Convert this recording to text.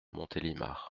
montélimar